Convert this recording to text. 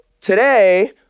Today